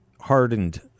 hardened